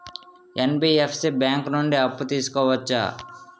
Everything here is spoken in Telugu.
ఎన్.బి.ఎఫ్.సి బ్యాంక్ నుండి అప్పు తీసుకోవచ్చా?